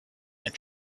and